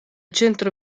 centro